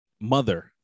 Mother